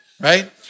right